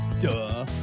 Duh